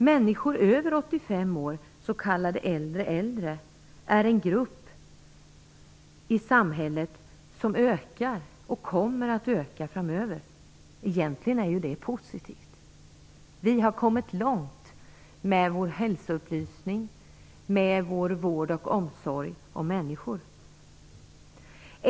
Människor över 85 år, s.k. äldre äldre, är en grupp i samhället som ökar och kommer att öka framöver. Egentligen är ju det positivt. Vi har kommit långt med vår hälsoupplysning och med vår vård och omsorg om människor.